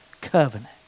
covenant